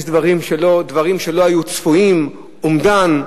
יש דברים שלא היו צפויים, אומדן.